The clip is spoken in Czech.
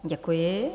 Děkuji.